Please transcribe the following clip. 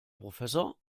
professor